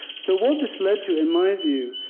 so what this led to, in my view,